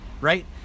right